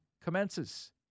commences